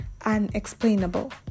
unexplainable